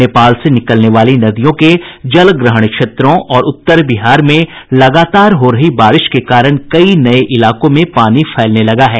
नेपाल से निकलने वाली नदियों के जलग्रहण क्षेत्रों और उत्तर बिहार में लगातार हो रही बारिश के कारण कई नये इलाकों में पानी फैलने लगा है